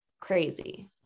crazy